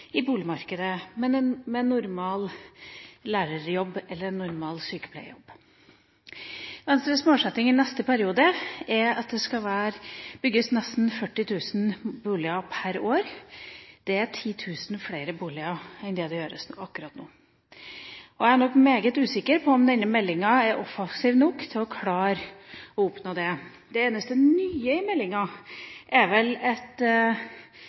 i boligmarkedet med en normal lærerjobb eller normal sykepleiejobb. Venstres målsetting i neste periode er at det skal bygges nesten 40 000 boliger per år. Det er 10 000 flere boliger enn det som gjøres akkurat nå. Jeg er meget usikker på om denne meldinga er offensiv nok til å klare å oppnå det. Det eneste nye i meldinga er